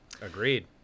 Agreed